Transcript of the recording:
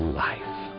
life